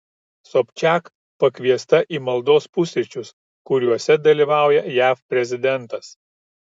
sobčiak pakviesta į maldos pusryčius kuriuose dalyvauja jav prezidentas